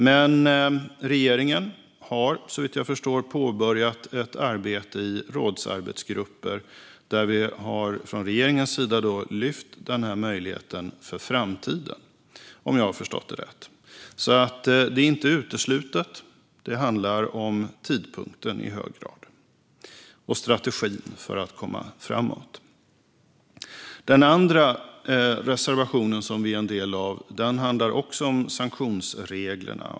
Men regeringen har, såvitt jag förstår, påbörjat ett arbete i rådsarbetsgrupper. Där har man från regeringens sida lyft denna möjlighet för framtiden - om jag har förstått det rätt. Det är alltså inte uteslutet. Det handlar i hög grad om tidpunkten och strategin för att komma framåt. Den andra reservationen som vi är en del av handlar också om sanktionsreglerna.